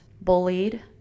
bullied